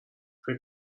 فکر